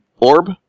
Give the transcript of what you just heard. orb